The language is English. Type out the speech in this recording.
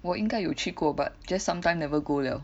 我应该有去过 but just sometime never go liao